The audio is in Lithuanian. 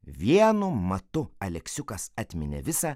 vienu matu aleksiukas atminė visą